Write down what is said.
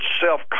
self